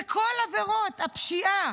כל עבירות הפשיעה,